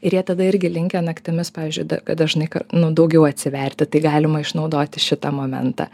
ir jie tada irgi linkę naktimis pavyzdžiui kad dažnai ką nu daugiau atsiverti tai galima išnaudoti šitą momentą